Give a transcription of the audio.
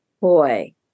boy